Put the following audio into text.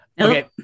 Okay